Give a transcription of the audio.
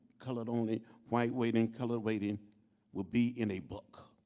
colored only, white waiting, colored waiting will be in a book,